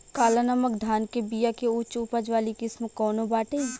काला नमक धान के बिया के उच्च उपज वाली किस्म कौनो बाटे?